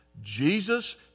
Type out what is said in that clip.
Jesus